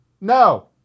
No